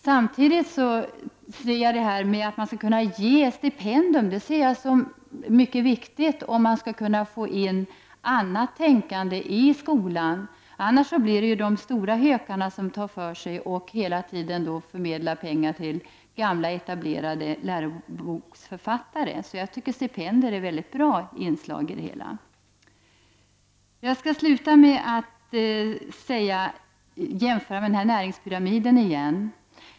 Stipendier är också ett mycket viktigt och bra inslag, om man skall kunna få in annat tänkande i skolan, annars blir det de stora hökarna som tar för sig och hela tiden förmedlar pengar till gamla, etablerade läroboksförfattare. Jag skall sluta med att jämföra med näringspyramiden igen.